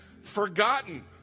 forgotten